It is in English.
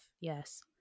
Yes